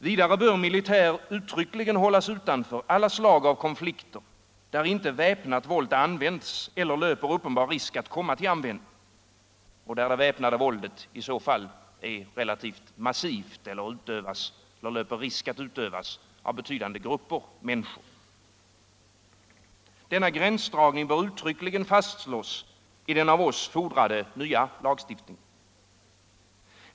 Vidare bör militär uttryckligen hållas utanför alla slag av konflikter, där inte väpnat våld används eller löper uppenbar risk att komma till användning och där det väpnade våldet i så fall är relativt massivt eller löper risk att utövas av betydande grupper människor. Denna gränsdragning bör uttryckligen fastslås i den av oss fordrade nya lagstiftningen.